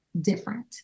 different